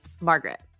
Margaret